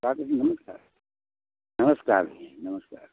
जी नमस्कार नमस्कार भैया नमस्कार